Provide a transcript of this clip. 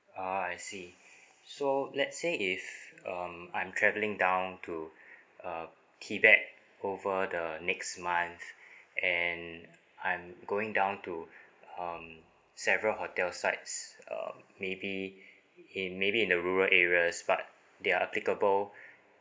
ah I see so let's say if um I'm travelling down to uh tibet over the next month and I'm going down to um several hotel sites um maybe in maybe in a rural areas but they are applicable